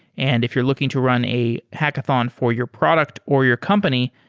and if you're looking to run a hackathon for your product or your company,